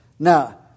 Now